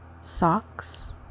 socks